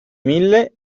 mille